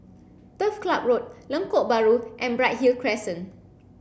Turf Club Road Lengkok Bahru and Bright Hill Crescent